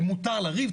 מותר לריב,